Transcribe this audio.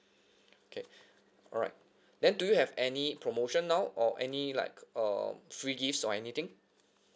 okay alright then do you have any promotion now or any like uh free gifts or anything